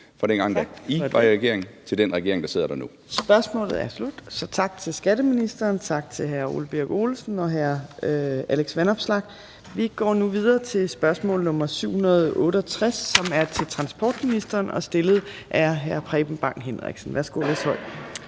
sidder der. Kl. 15:58 Fjerde næstformand (Trine Torp): Spørgsmålet er slut. Tak til skatteministeren, og tak til hr. Ole Birk Olesen og hr. Alex Vanopslagh. Vi går nu videre til spørgsmål nr. 768, som er til transportministeren og stillet af hr. Preben Bang Henriksen. Kl. 15:58 Spm.